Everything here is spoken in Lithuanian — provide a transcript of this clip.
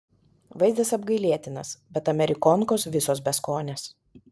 vaizdas apgailėtinas bet amerikonkos visos beskonės